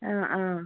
ആ ആ